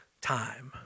time